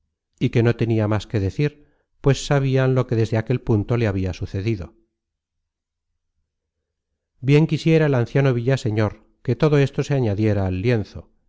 y que no tenia más que decir pues sabian lo que desde aquel punto le habia sucedido bien quisiera el anciano villaseñor que todo esto se añadiera al lienzo